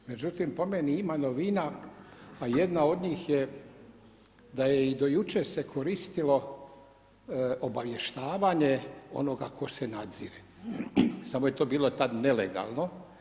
Međutim, po meni, ima novina, a jedna od njih je, da je do jučer se koristilo obavještavanje onoga kog se nadzire, samo je to bilo tada nelegalno.